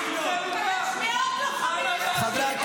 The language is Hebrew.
את אמרת על השב"כ